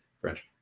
French